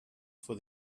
for